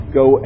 go